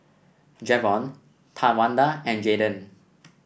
Javon Tawanda and Jaiden